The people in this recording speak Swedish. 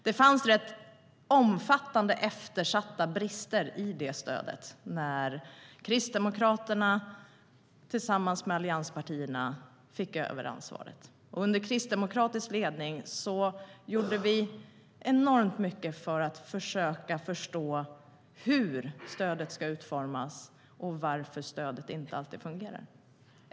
Det fanns ganska omfattande eftersatta brister i det stödet när Kristdemokraterna tillsammans med övriga allianspartier fick ta över ansvaret. Under kristdemokratisk ledning gjorde vi enormt mycket för att försöka förstå hur stödet ska utformas och varför stödet inte alltid fungerar.